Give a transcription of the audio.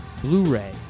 Blu-ray